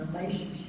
relationship